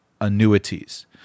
annuities